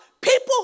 people